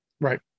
right